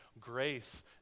grace